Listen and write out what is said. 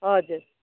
हजुर